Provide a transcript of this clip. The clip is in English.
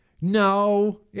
no